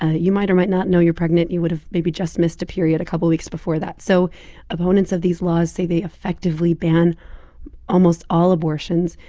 you might or might not know you're pregnant. you would've maybe just missed a period a couple weeks before that so opponents of these laws say they effectively ban almost all abortions.